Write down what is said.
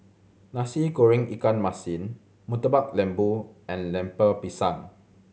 Nasi Goreng ikan masin Murtabak Lembu and Lemper Pisang